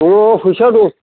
दङ फैसा दं